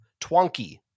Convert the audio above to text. Twonky